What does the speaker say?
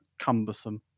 cumbersome